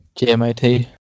GMIT